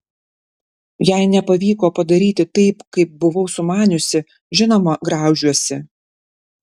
jei nepavyko padaryti taip kaip buvau sumaniusi žinoma graužiuosi